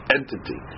Entity